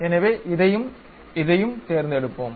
எனவே இதையும் இதையும் தேர்ந்தெடுப்போம்